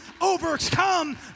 overcome